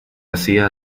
hacía